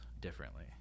differently